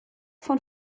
von